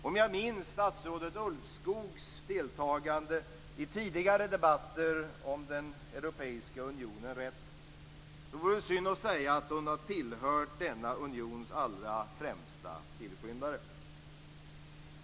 Om jag minns statsrådet Ulvskogs deltagande i tidigare debatter om Europeiska unionen rätt, vore det synd att säga att hon har tillhört denna unions allra främsta tillskyndare.